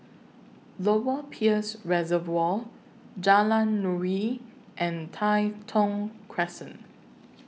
Lower Peirce Reservoir Jalan Nuri and Tai Thong Crescent